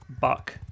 buck